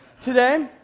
today